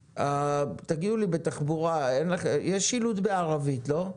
תגידו לי, בתחבורה יש שילוט בערבית, לא?